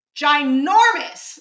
ginormous